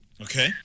Okay